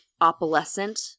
opalescent